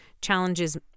challenges